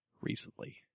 recently